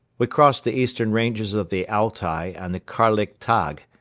we crossed the eastern ranges of the altai and the karlik tag,